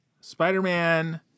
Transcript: spider-man